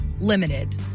limited